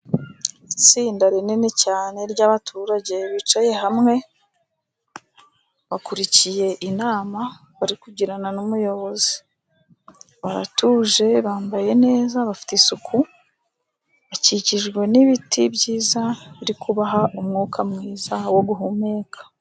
Itsinda rinini cyane ry'abaturage bicaye hamwe, bakurikiye inama bari kugirana n'umuyobozi, baratuje, bambaye neza, bafite isuku. Bakikijbwe n'ibiti byiza birikubaha umwuka mwiza wo guhumeka.